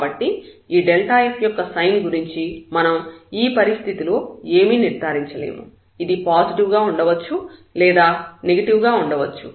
కాబట్టి ఈ f యొక్క సైన్ గురించి మనం ఈ పరిస్థితిలో ఏమీ నిర్ధారించలేము ఇది పాజిటివ్ గా ఉండవచ్చు లేదా నెగటివ్ గా ఉండవచ్చు